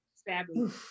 Stabbing